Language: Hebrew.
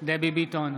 דבי ביטון,